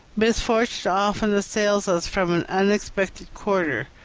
misfortune often assails us from an unexpected quarter.